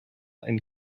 and